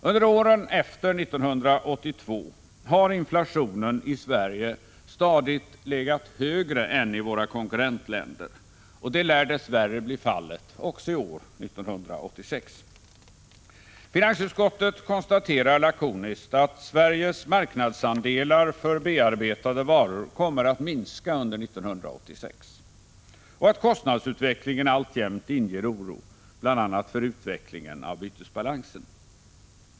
Under åren efter 1982 har inflationen i Sverige stadigt legat högre än i våra konkurrentländer, och det lär dess värre bli fallet också i år, 1986. Finansutskottet konstaterar lakoniskt att Sveriges marknadsandelar för bearbetade varor kommer att minska under 1986 och att kostnadsutvecklingen alltjämt inger oro, bl.a. när det gäller utvecklingen av bytesbalansen.